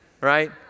right